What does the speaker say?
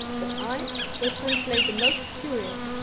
but i will translate the most curious,